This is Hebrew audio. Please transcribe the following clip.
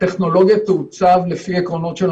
הטכנולוגיה תעוצב לפי העקרונות של